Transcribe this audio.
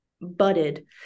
budded